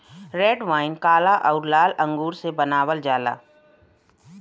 red wine काला आउर लाल अंगूर से बनावल जाला